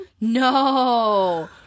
No